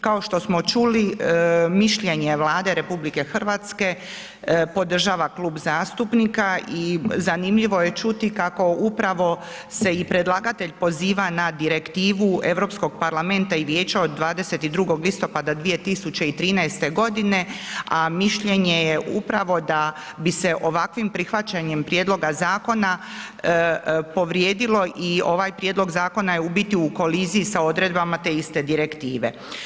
Kao što smo čuli mišljenje Vlade RH podržava klub zastupnika i zanimljivo je čuti kako upravo se i predlagatelj poziva na Direktivu Europskog parlamenta i vijeća od 22. listopada 2013. godine, a mišljenje je upravo da bi se ovakvim prihvaćanjem prijedloga zakona povrijedilo i ovaj prijedlog zakona je u biti u koliziji s odredbama te iste direktive.